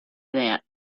that